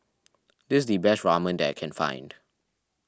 this is the best Ramen that I can find